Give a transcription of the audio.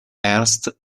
ernst